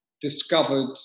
discovered